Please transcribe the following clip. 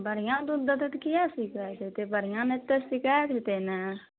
बढ़िआँ दूध देतै तऽ किआ शिकाइत होयतै बढ़िआँ नहि तऽ शिकाइत होयतै ने